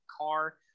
car